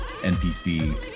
NPC